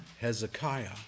Hezekiah